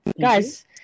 Guys